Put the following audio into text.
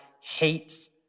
hates